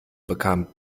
bekam